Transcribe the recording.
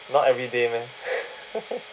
not everyday meh